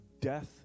death